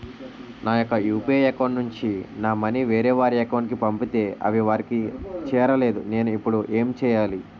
నా యెక్క UPI account నుంచి నా మనీ వేరే వారి అకౌంట్ కు పంపితే అవి వారికి చేరలేదు నేను ఇప్పుడు ఎమ్ చేయాలి?